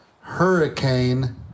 hurricane